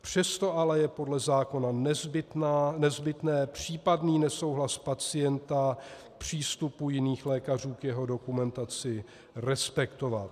Přesto ale je podle zákona nezbytné případný nesouhlas pacienta s přístupem jiných lékařů k jeho dokumentaci respektovat.